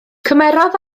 cymerodd